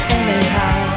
anyhow